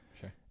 sure